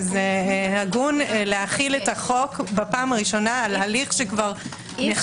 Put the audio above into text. שהגון להחיל את החוק בפעם הראשונה על הליך שנחקר,